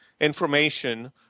information